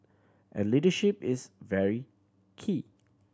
and leadership is very key